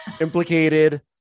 implicated